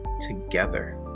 together